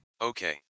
Okay